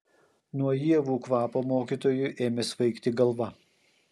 nuo ievų kvapo mokytojui ėmė svaigti galva